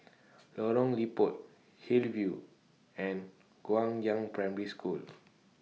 Lorong Liput Hillview and Guangyang Primary School